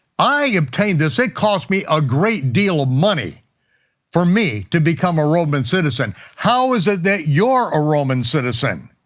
i obtained this, it cost me a great deal of money for me to become a roman citizen. how is it that you're a roman citizen?